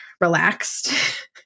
relaxed